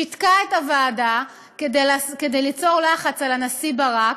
שיתקה את הוועדה, כדי ליצור לחץ על הנשיא ברק,